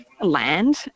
land